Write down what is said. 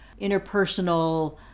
interpersonal